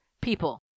people